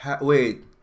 wait